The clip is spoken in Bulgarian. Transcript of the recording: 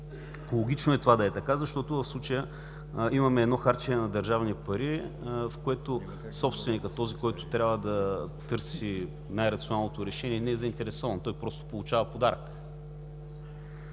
Логично е това да е така, защото в случая имаме харчене на държавни пари, в което собственикът – този, който трябва да търси най-рационалното решение, не е заинтересован, той просто получава подарък.